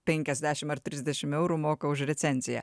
penkiasdešim ar trisdešim eurų moka už recenziją